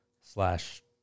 slash